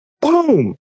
boom